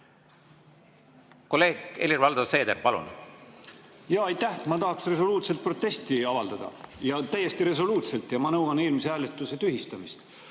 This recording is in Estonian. Kolleeg Helir-Valdor Seeder, palun! Aitäh! Ma tahaksin resoluutselt protesti avaldada. Täiesti resoluutselt! Ja ma nõuan eelmise hääletuse tühistamist.